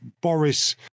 Boris